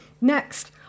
Next